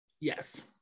Yes